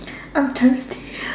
I'm thirsty